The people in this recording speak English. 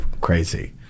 crazy